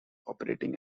operating